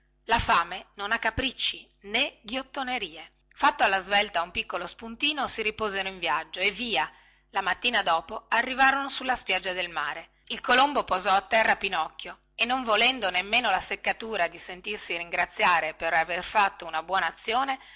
la fame non ha capricci né ghiottonerie fatto alla svelta un piccolo spuntino si riposero in viaggio e via la mattina dopo arrivarono sulla spiaggia del mare il colombo posò a terra pinocchio e non volendo nemmeno la seccatura di sentirsi ringraziare per aver fatto una buona azione